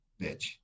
bitch